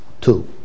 two